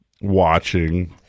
watching